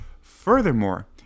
Furthermore